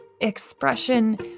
expression